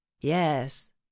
yes